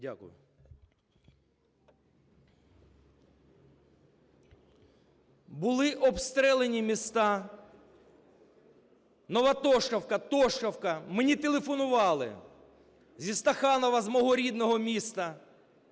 Були обстріляні міста Новотошківка, Тошківка, мені телефонували зі Стаханова, з мого рідного,